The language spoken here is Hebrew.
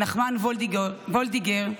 נחמן וולדיגר,